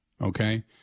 okay